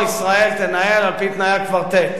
לא: ישראל תתנהל על-פי תנאי הקוורטט.